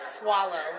swallow